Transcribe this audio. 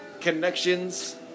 connections